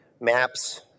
maps